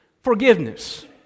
forgiveness